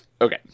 okay